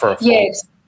Yes